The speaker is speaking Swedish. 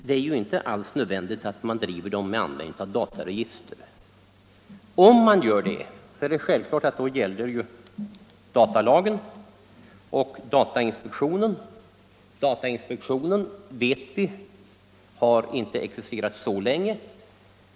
Det är ju inte alls nödvändigt att göra det med användning av dataregister, men om man gör det gäller självfallet datalagen, och datainspektionen kopplas in. Vi vet att denna inte har existerat så länge.